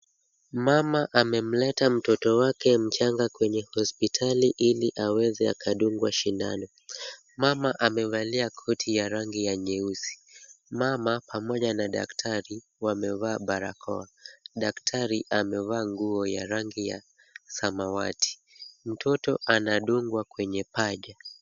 Mama amemleta mtoto wake mchanga kwenye hospitali ili aweze akadungwa sindano. Mama amevalia koti ya rangi ya nyeusi. Mama pamoja na daktari wamevaa barakoa. Datari amevaa nguo ya rangi ya samawati. Mtoto anadungwa kwenye paja.